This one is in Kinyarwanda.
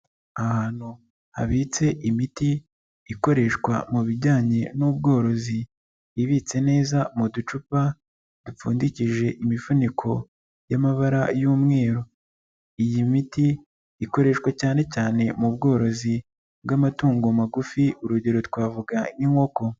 Ahantu habitse imiti ikoreshwa mu bijyanye n'ubworozi, ibitse neza mu ducupa dupfundikishije imifuniko y'amabara y'umweru, iyi miti ikoreshwa cyane cyane mu bworozi bw'amatungo magufi urugero twavuga nk'inkoko.